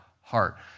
heart